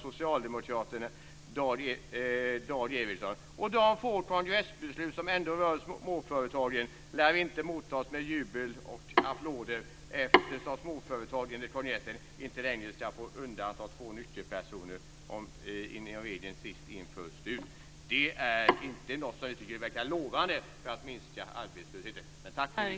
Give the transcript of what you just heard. Och de få kongressbeslut som ändå rör småföretagen lär inte mottas med jubel och applåder, eftersom småföretagen enligt kongressen inte längre ska få undanta två nyckelpersoner enligt reglerna om sist in, först ut. Det är inte något som vi tycker verkar lovande för att minska arbetslösheten.